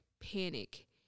panic